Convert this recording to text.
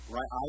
Right